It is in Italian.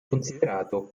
considerato